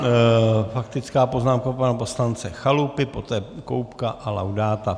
Nyní faktická poznámka pana poslance Chalupy, poté Koubka a Laudáta.